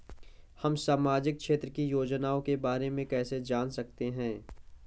हम सामाजिक क्षेत्र की योजनाओं के बारे में कैसे जान सकते हैं?